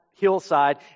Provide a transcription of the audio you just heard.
hillside